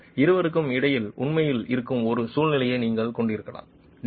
மேலும் இருவருக்கும் இடையில் உண்மையில் இருக்கும் ஒரு சூழ்நிலையை நீங்கள் கொண்டிருக்கலாம்